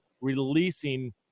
releasing